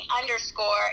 underscore